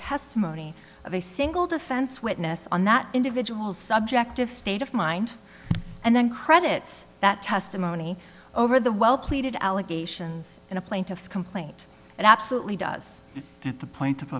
testimony of a single defense witness on that individual's subjective state of mind and then credits that testimony over the well pleaded allegations in a plaintiff's complaint it absolutely does at the point of